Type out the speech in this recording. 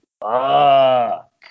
fuck